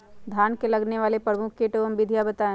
धान में लगने वाले प्रमुख कीट एवं विधियां बताएं?